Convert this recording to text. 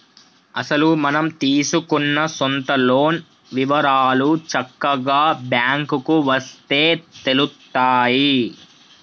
అసలు మనం తీసుకున్న సొంత లోన్ వివరాలు చక్కగా బ్యాంకుకు వస్తే తెలుత్తాయి